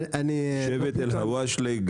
יש גם פריפריה של תחבורה.